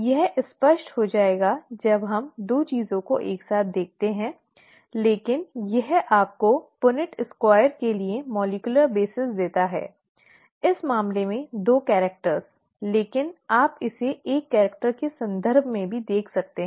यह स्पष्ट हो जाएगा जब हम दो चीजों को एक साथ देखते हैं लेकिन यह आपको पुनेट स्क्वायर के लिए आणविक आधार देता है इस मामले में दो कैरिक्टर लेकिन आप इसे एक कैरिक्टर के संदर्भ में भी देख सकते हैं